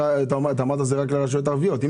אמרת שזה רק לרשויות הערביות.